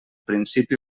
principi